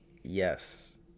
Yes